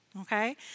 okay